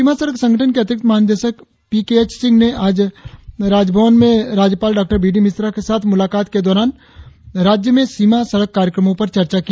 सीमा सड़क संगठन के अतिरिक्त महानिदेशक पी के एच सिंह ने आज राजभवन में राज्यपाल डॉ बी डी मिश्रा के साथ मुलाकात के दौरान राज्य में सीमा सड़क कार्यक्रमों पर चर्चा की